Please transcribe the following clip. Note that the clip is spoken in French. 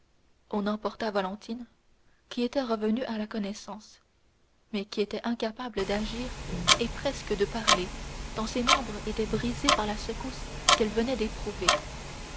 on emporta valentine qui était revenue à la connaissance mais qui était incapable d'agir et presque de parler tant ses membres étaient brisés par la secousse qu'elle venait d'éprouver